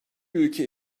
ülke